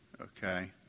Okay